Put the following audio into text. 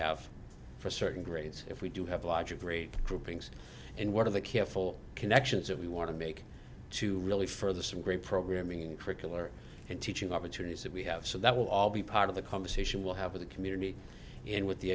have for certain grades if we do have a larger grade groupings and what are the careful connections that we want to make to really further some great programming in curricular and teaching opportunities that we have so that will all be part of the conversation we'll have the community in with the